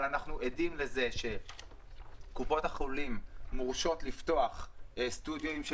אבל אנחנו עדים לזה שקופות החולים מורשות לפתוח סטודיואים של